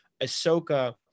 ahsoka